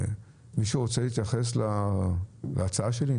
מישהו רוצה להתייחס להצעה שלי?